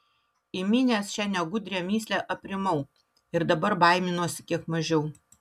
įminęs šią negudrią mįslę aprimau ir dabar baiminuosi kiek mažiau